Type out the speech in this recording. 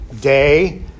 day